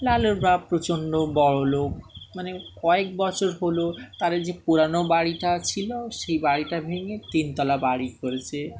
লালুর বাপ প্রচণ্ড বড়ো লোক মানে কয়েক বছর হলো তারাদের যে পুরানো বাড়িটা ছিলো সেই বাড়িটা ভেঙে তিনতলা বাড়ি করেছে